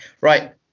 Right